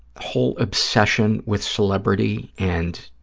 whole obsession with celebrity and,